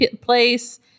place